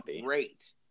great